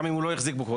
גם אם הוא לא החזיק בו.